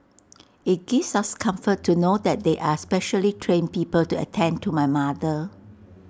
IT gives us comfort to know that there are specially trained people to attend to my mother